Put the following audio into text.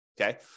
Okay